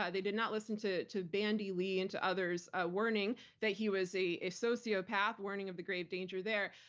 yeah they did not listen to to bandy lee and to others ah warning that he was a a sociopath, warning of the grave danger there.